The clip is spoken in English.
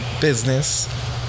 business